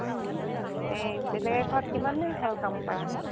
এই বেলেগ এঘৰত কিমান দিন হ'ল কাম কৰা